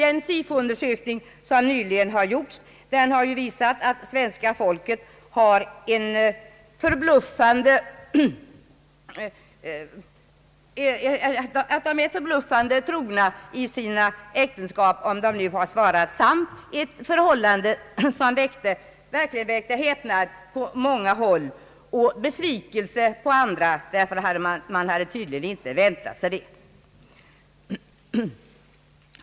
En SIFO-undersökning som nyligen gjorts har visat att svenska folket är förbluffande troget i sina äktenskap, om man nu har talat sant — ett förhållande som verkligen väckte häpnad på många håll och besvikelse på andra. Man hade tydligen inte väntat sig detta resultat av undersökningen.